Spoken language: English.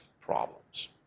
problems